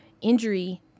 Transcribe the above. injury